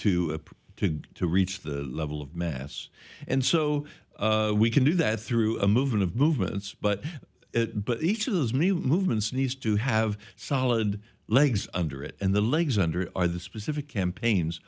approach to to reach the level of mass and so we can do that through a movement of movements but each of those new movements needs to have solid legs under it and the legs under are the specific campaigns